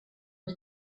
aux